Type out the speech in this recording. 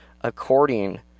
according